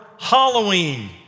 Halloween